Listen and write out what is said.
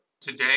today